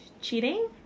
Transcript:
cheating